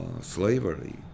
slavery